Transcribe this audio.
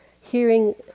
hearing